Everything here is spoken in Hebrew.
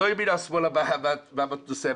לא ימינה או שמאלה בנושא המדיני.